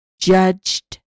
Judged